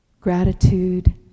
gratitude